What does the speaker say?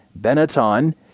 Benetton